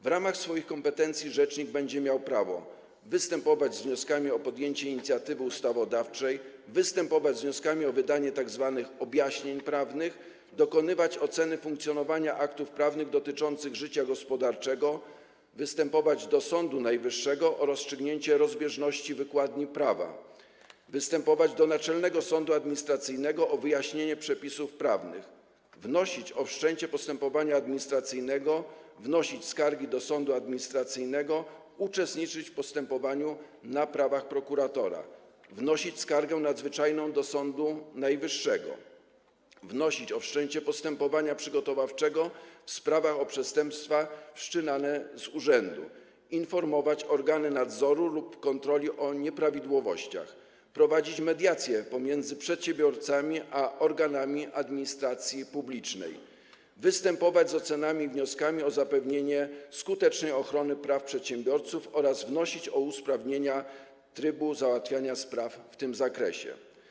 W ramach swoich kompetencji rzecznik będzie miał prawo: występować z wnioskami o podjęcie inicjatywy ustawodawczej; występować z wnioskami o wydanie tzw. objaśnień prawnych; dokonywać oceny funkcjonowania aktów prawnych dotyczących życia gospodarczego; występować do Sądu Najwyższego o rozstrzygnięcie rozbieżności wykładni prawa; występować do Naczelnego Sądu Administracyjnego o wyjaśnienie przepisów prawnych; wnosić o wszczęcie postępowania administracyjnego, wnosić skargi do sądu administracyjnego, uczestniczyć w postępowaniu na prawach prokuratora; wnosić skargę nadzwyczajną do Sądu Najwyższego; wnosić o wszczęcie postępowania przygotowawczego w sprawach o przestępstwa wszczynane z urzędu; informować organy nadzoru lub kontroli o nieprawidłowościach; prowadzić mediacje pomiędzy przedsiębiorcami a organami administracji publicznej; występować z ocenami i wnioskami o zapewnienie skutecznej ochrony praw przedsiębiorców oraz wnosić o usprawnienia trybu załatwiania spraw w tym zakresie.